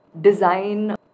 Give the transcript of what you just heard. design